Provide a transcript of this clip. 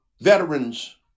veterans